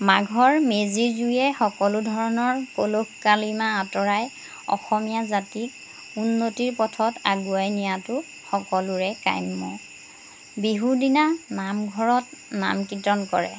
মাঘৰ মেজি জুয়ে সকলো ধৰণৰ কলুষ কালিমা আঁতৰাই অসমীয়া জাতিক উন্নতিৰ পথত আগুৱাই নিয়াতো সকলোৰে কাম্য বিহুৰ দিনা নামঘৰত নাম কীৰ্তন কৰে